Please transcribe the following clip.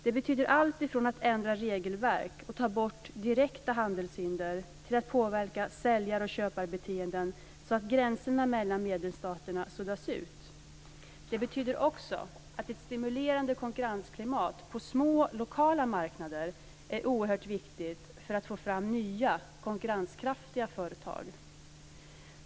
Det betyder alltifrån att ändra regelverk och ta bort direkta handelshinder till att påverka säljar och köparbeteenden så att gränserna mellan medlemsstaterna suddas ut. Det betyder också att ett stimulerande konkurrensklimat på små lokala marknader är oerhört viktigt för att få fram nya konkurrenskraftiga företag.